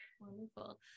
Wonderful